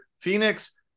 Phoenix